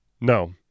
No